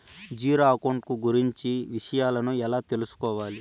Zero account కు గురించి విషయాలను ఎలా తెలుసుకోవాలి?